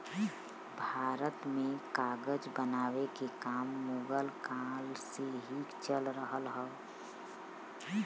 भारत में कागज बनावे के काम मुगल काल से ही चल रहल हौ